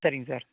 சரிங்க சார்